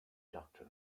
doctor